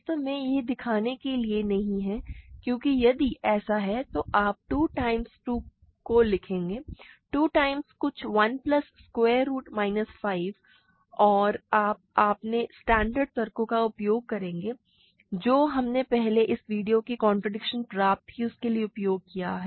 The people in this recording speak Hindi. वास्तव में यह दिखाने के लिए नहीं है क्योंकि यदि ऐसा है तो आप 2 टाइम्स 2 को लिखेंगे 2 टाइम्स कुछ 1 प्लस स्क्वायर रुट माइनस 5 और आप अपने स्टैण्डर्ड तर्कों का उपयोग करते हैं जो हमने पहले इस वीडियो में कॉन्ट्रडिक्शन प्राप्त करने के लिए उपयोग किया है